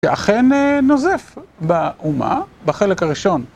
ואכן נוזף באומה בחלק הראשון.